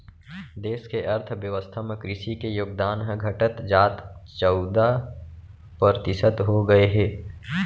देस के अर्थ बेवस्था म कृसि के योगदान ह घटत आज चउदा परतिसत हो गए हे